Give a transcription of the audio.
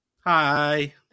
Hi